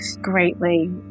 greatly